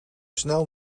snel